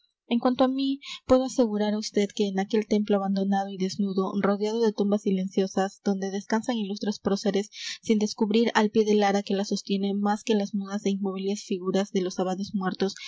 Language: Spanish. en cuanto á mí puedo asegurar á usted que en aquel templo abandonado y desnudo rodeado de tumbas silenciosas donde descansan ilustres próceres sin descubrir al pie del ara que la sostiene más que las mudas é inmóviles figuras de los abades muertos